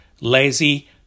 lazy